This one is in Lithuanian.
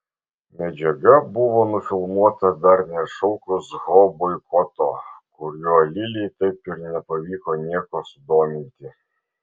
medžiaga buvo nufilmuota dar neatšaukus ho boikoto kuriuo lilei taip ir nepavyko nieko sudominti